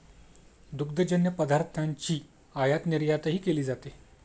दुग्धजन्य पदार्थांची आयातनिर्यातही केली जाते